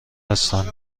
هستند